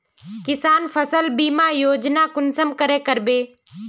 किसान फसल बीमा योजना कुंसम करे करबे?